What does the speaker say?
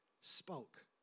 spoke